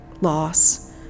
loss